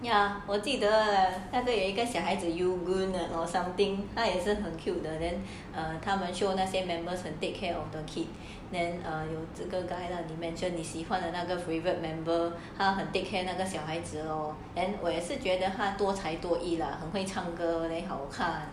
ya 我记得 lah and then 有一个小孩子 yoo geun and or something 他也是很 cute then err 他们 show 那些 members and take care of the kid then err 有这个 guy 你 mention 你喜欢 favourite member 很 take care 那个小孩子 lor and 我也是觉得他们多才多艺啦很会唱歌 then 好看